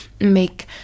make